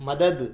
مدد